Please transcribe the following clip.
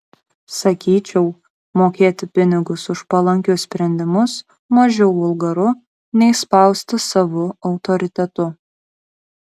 sakyčiau mokėti pinigus už palankius sprendimus mažiau vulgaru nei spausti savu autoritetu